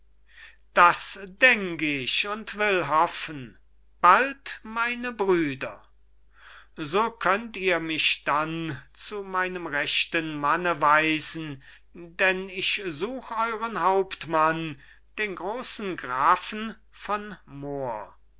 das denk ich und will hoffen bald meine brüder so könnt ihr mich dann zu meinem rechten manne weisen denn ich such euren hauptmann den grosen grafen von moor